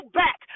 back